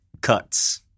cuts